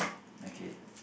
okay